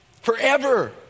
Forever